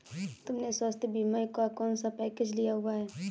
तुमने स्वास्थ्य बीमा का कौन सा पैकेज लिया हुआ है?